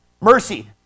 Mercy